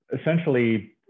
essentially